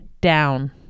down